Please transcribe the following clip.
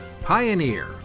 Pioneer